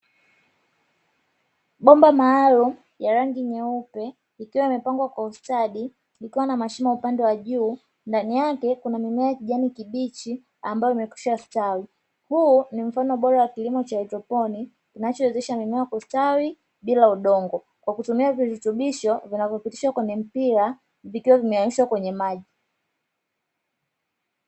Bomba maalumu ya rangi nyeupe ikiwa imepangwa kwa ustadi ikiwa na mashine upande wa juu ndani yake kuna mimea ya kijani kibichi ambao umekwishastawi. Huu ni mfano bora wa kilimo cha haidroponi kinachowezesha mimea kustawi bila udongo kwa kutumia virutubisho vinavyopitishwa kwenye mpira vikiwa vimeanishwa kwenye maji.